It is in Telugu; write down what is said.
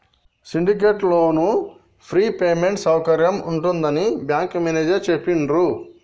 సిండికేట్ లోను ఫ్రీ పేమెంట్ సౌకర్యం ఉంటుందని బ్యాంకు మేనేజేరు చెప్పిండ్రు